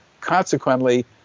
consequently